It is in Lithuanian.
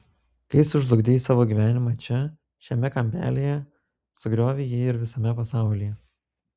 kai sužlugdei savo gyvenimą čia šiame kampelyje sugriovei jį ir visame pasaulyje